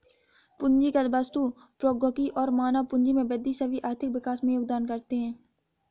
पूंजीगत वस्तु, प्रौद्योगिकी और मानव पूंजी में वृद्धि सभी आर्थिक विकास में योगदान करते है